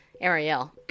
Ariel